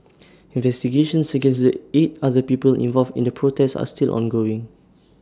investigations against the eight other people involved in the protest are still ongoing